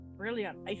brilliant